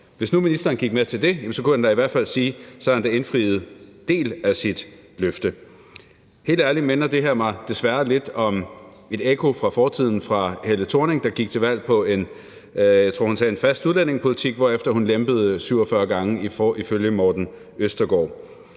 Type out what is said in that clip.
Hvis nu ministeren gik med til det, kunne han da i hvert fald sige, at han havde indfriet en del af sit løfte. Helt ærligt minder det her mig desværre lidt om et ekko fra fortiden fra Helle Thorning-Schmidt, der gik til valg på for – jeg tror, hun sagde en fast udlændingepolitik – hvorefter hun lempede 47 gange ifølge Morten Østergaard.